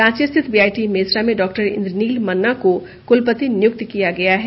रांची स्थित बीआईटी मेसरा में डॉक्टर इन्द्रनील मन्ना को कुलपति नियुक्त किया गया है